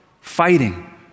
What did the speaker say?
fighting